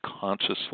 consciously